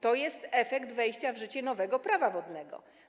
To jest efekt wejścia w życie nowego Prawa wodnego.